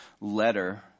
letter